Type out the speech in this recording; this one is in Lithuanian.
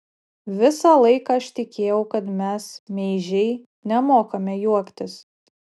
visą laiką aš tikėjau kad mes meižiai nemokame juoktis